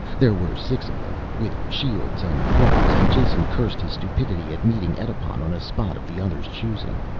there were six of them, with shields and clubs, and jason cursed his stupidity at meeting edipon on a spot of the other's choosing.